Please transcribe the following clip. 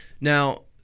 Now